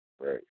Right